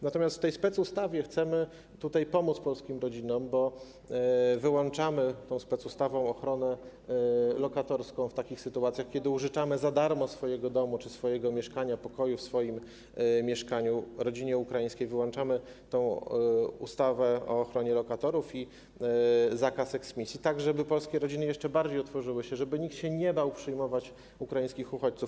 Natomiast w tej specustawie chcemy pomóc polskim rodzinom, bo wyłączamy tą specustawą ochronę lokatorską w takich sytuacjach, kiedy użyczamy za darmo swój dom czy swoje mieszkanie, pokój w swoim mieszkaniu rodzinie ukraińskiej, wyłączamy ustawę o ochronie lokatorów i zakaz eksmisji, tak żeby polskie rodziny jeszcze bardziej otworzyły się, żeby nikt nie bał się przyjmować ukraińskich uchodźców.